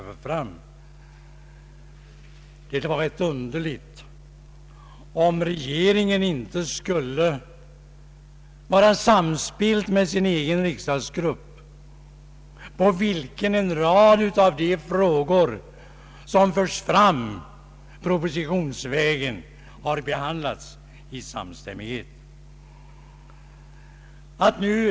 Det vore väl rätt underligt om regeringen inte skulle vara samspelt med sin egen riksdagsgrupp. En rad av de frågor som förs fram propositionsvägen har ju tidigare behandlats i samstämmighet med riksdagsgruppen.